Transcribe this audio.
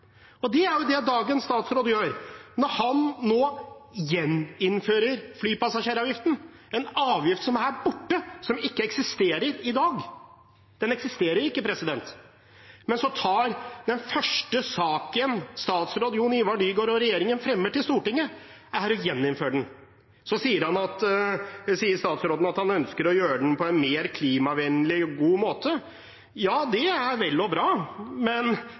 Det er det dagens statsråd gjør når han nå gjeninnfører flypassasjeravgiften, en avgift som er borte, som ikke eksisterer i dag. Den eksisterer ikke. Men den første saken statsråd Jon-Ivar Nygård og regjeringen fremmer for Stortinget, er å gjeninnføre den. Så sier statsråden at han ønsker å gjøre den på en mer klimavennlig og god måte. Det er vel og bra, men